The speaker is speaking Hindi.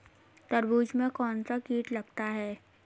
तरबूज में कौनसा कीट लगता है?